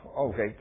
Okay